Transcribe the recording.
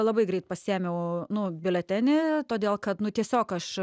labai greit pasiėmiau nu biuletenį todėl kad nu tiesiog aš